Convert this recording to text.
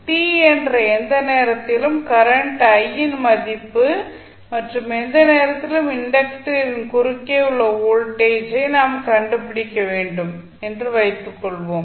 t என்ற எந்த நேரத்திலும் கரண்ட் I இன் மதிப்பு மற்றும் எந்த நேரத்திலும் இன்டக்டரின் குறுக்கே உள்ள வோல்டேஜ் நாம் கண்டுபிடிக்க வேண்டும் என்று வைத்துக்கொள்வோம்